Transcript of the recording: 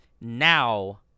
now